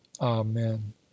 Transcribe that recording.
amen